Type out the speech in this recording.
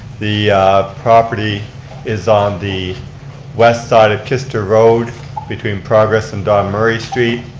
the property is on the west side of kister road between progress and don murray street.